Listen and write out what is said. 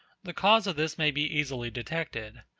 the cause of this may be easily detected.